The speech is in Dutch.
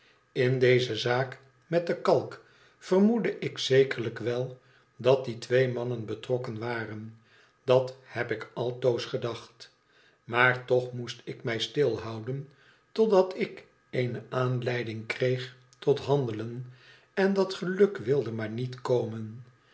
in deze zaak met de kalk vermoedde ik zekerlijk wel dat die twee mannen betrokken waren dat heb ik altoos gedacht maar toch moest ik mij stilhouden totdat ik eene aanleiding kreeg tot handelen en dat geluk wilde maar niet komen